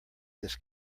this